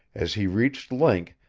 as he reached link,